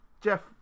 Jeff